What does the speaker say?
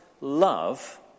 love